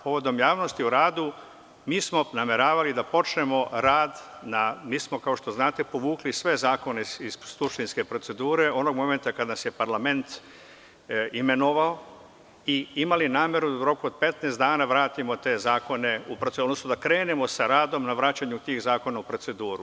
Povodom javnosti o radu, mi smo nameravali da počnemo rad na, kao što znate, povukli smo sve zakone iz suštinske procedure onog momenta kad nas je parlament imenovao i imali nameru da u roku od 15 dana vratimo te zakone, odnosno da krenemo sa radom na vraćanju tih zakona u proceduru.